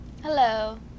Hello